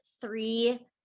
three